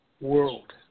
World